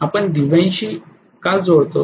आपण दिव्यांशी का जोडतो